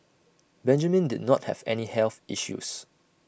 Benjamin did not have any health issues